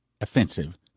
offensive